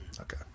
Okay